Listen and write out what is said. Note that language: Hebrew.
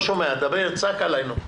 דבר, צעק עלינו.